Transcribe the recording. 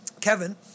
Kevin